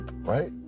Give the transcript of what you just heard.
Right